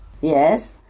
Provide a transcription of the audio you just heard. yes